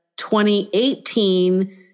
2018